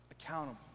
accountable